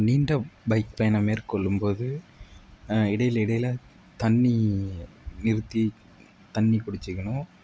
நீண்ட பைக் பயணம் மேற்கொள்ளும் போது இடையில் இடையில் தண்ணி நிறுத்தி தண்ணி குடிச்சிக்கணும்